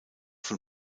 von